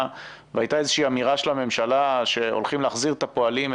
והייתה איזושהי אמירה של הממשלה שהולכים להחזיר את הפועלים,